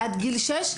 ועד גיל שש,